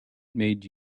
made